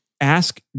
ask